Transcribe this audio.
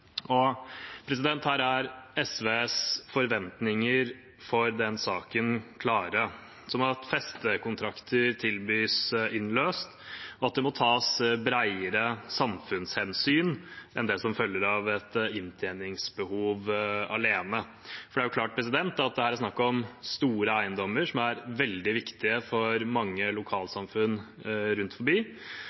Her er SVs forventninger for den saken klare – som at festekontrakter tilbys innløst, at det må tas bredere samfunnshensyn enn det som følger av et inntjeningsbehov alene. For det er klart at det her er snakk om store eiendommer som er veldig viktige for mange lokalsamfunn rundt